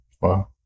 wow